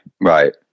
Right